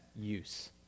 use